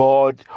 God